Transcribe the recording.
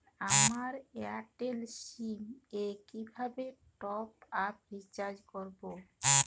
আমার এয়ারটেল সিম এ কিভাবে টপ আপ রিচার্জ করবো?